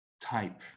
type